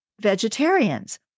vegetarians